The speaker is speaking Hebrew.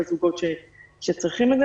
לזוגות שצריכים את זה,